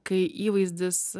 kai įvaizdis